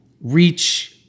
reach